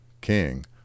king